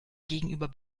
gegenüber